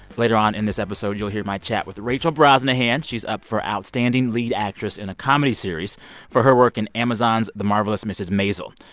later on in this episode, you'll hear my chat with rachel brosnahan. she's up for outstanding lead actress in a comedy series for her work in amazon's the marvelous mrs. maisel.